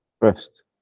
First